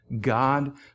God